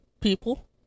people